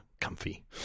comfy